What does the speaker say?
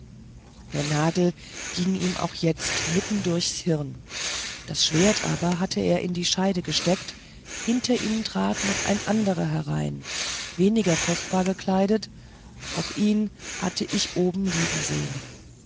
der nagel ging ihm auch jetzt mitten durchs hirn das schwert aber hatte er in die scheide gesteckt hinter ihm trat noch ein anderer herein weniger kostbar gekleidet auch ihn hatte ich oben liegen sehen